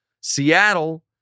Seattle